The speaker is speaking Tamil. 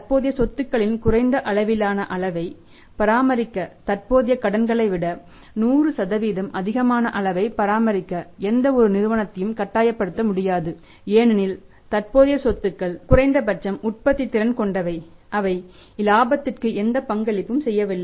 தற்போதைய சொத்துக்களின் குறைந்த அளவிலான அளவை பராமரிக்க தற்போதைய கடன்களை விட 100 அதிகமான அளவை பராமரிக்க எந்தவொரு நிறுவனத்தையும் கட்டாயப்படுத்த முடியாது ஏனெனில் தற்போதைய சொத்துக்கள் குறைந்த உற்பத்தி திறன் கொண்டவை அவை இலாபத்திற்கு எந்த பங்களிப்பும் செய்யவில்லை